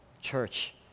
church